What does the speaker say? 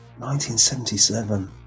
1977